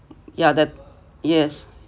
ya that yes